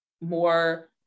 more